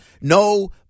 No